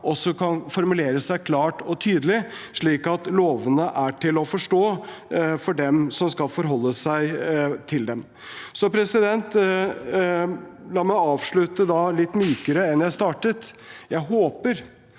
også kan formulere seg klart og tydelig, slik at lovene er til å forstå for dem som skal forholde seg til dem. La meg avslutte litt mykere enn jeg startet. Jeg håper